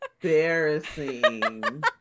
embarrassing